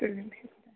تُلِو بِہِو